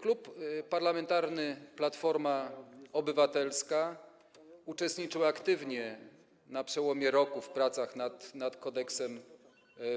Klub Parlamentarny Platforma Obywatelska uczestniczył aktywnie na przełomie roku w pracach nad Kodeksem